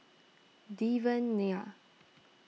Devan Nair